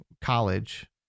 college